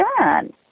done